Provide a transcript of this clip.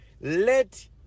let